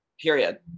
Period